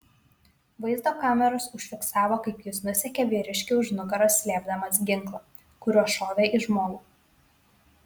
vaizdo kameros užfiksavo kaip jis nusekė vyriškį už nugaros slėpdamas ginklą kuriuo šovė į žmogų